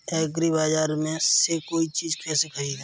एग्रीबाजार से कोई चीज केसे खरीदें?